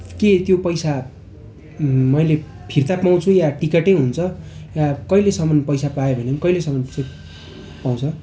के त्यो पैसा मैले फिर्ता पाउँछु या टिकटै हुन्छ या कहिलेसम्म पैसा पायो भने कहिलेसम्म चाहिँ पाउँछ